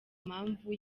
mpamvu